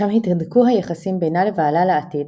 שם התהדקו היחסים בינה לבעלה לעתיד,